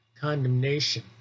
condemnation